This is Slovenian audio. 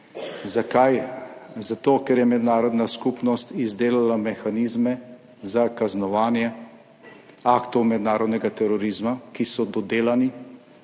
zakaj? -, zato, ker je mednarodna skupnost izdelala mehanizme za kaznovanje aktov mednarodnega terorizma, ki so dodelani,